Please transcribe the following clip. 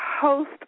host